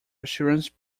assurance